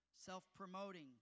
self-promoting